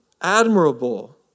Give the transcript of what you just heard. admirable